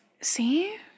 See